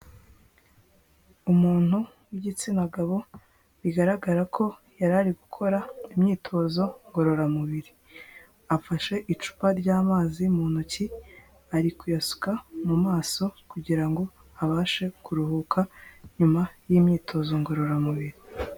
Umuntu w'igitsina gabo bigaragara ko yari ari gukora imyitozo ngororamubiri, afashe icupa ry'amazi mu ntoki ari kuyasuka mu maso kugira ngo abashe kuruhuka nyuma y'imyitozo ngororamubiri.